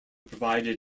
provided